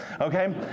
Okay